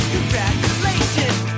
Congratulations